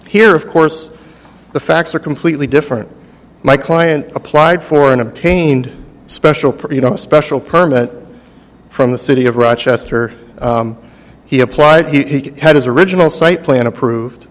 here of course the facts are completely different my client applied for an obtained special per you know special permit from the city of rochester he applied he had his original site plan approved